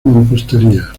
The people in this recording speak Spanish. mampostería